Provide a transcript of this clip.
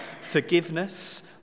forgiveness